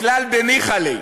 מכלל דניחא ליה.